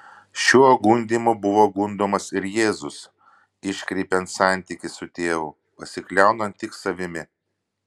šiuo gundymu buvo gundomas ir jėzus iškreipiant santykį su tėvu pasikliaunant tik savimi